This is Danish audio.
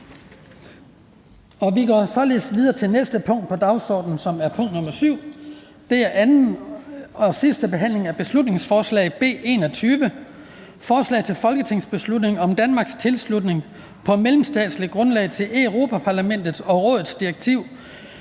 stemte 0]. --- Det næste punkt på dagsordenen er: 7) 2. (sidste) behandling af beslutningsforslag nr. B 21: Forslag til folketingsbeslutning om Danmarks tilslutning på mellemstatsligt grundlag til Europa-Parlamentets og Rådets direktiv